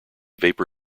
vapor